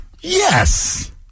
Yes